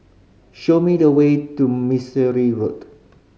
show me the way to Mistri Road